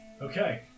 Okay